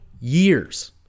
years